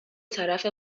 طرف